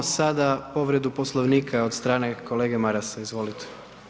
Imamo sada povredu Poslovnika od strane kolege Marasa, izvolite.